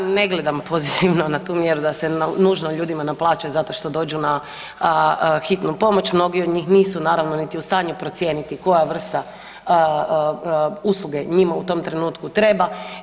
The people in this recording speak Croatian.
Da, ja ne gledam pozitivno na tu mjeru da se nužno ljudima naplaćuje zato što dođu na hitnu pomoć, mnogi od njih nisu naravno niti u stanju procijeniti koja vrsta usluge njima u tom trenutku treba.